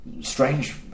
strange